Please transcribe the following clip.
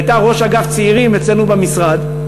שהייתה ראש אגף צעירים אצלנו במשרד.